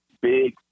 big